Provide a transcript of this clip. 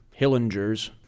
Hillingers